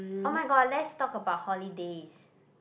oh-my-god let's talk about holidays